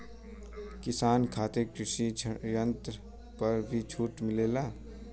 किसान खातिर कृषि यंत्र पर भी छूट मिलेला?